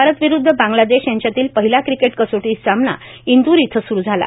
भारत विरूदध बांग्लादेश यांच्यातील पहिला क्रिकेट कसोटी सामना इंद्र इथं सुरू झाला